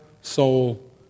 soul